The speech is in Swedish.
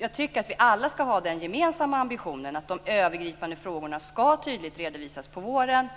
Jag tycker att vi alla ska ha den gemensamma ambitionen att de övergripande frågorna - inte detaljerna - tydligt ska redovisas på våren.